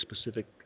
specific